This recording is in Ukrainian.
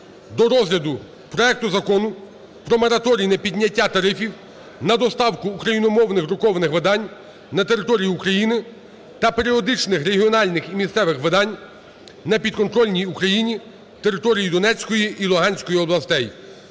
до розгляду проекту Закону про мораторій на підняття тарифів на доставку україномовних друкованих видань на території України та періодичних регіональних і місцевих видань на підконтрольній Україні території Донецької і Луганської областей.